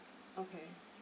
okay